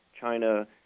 China